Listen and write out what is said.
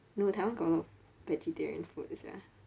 no taiwan got a lot of vegetarian food sia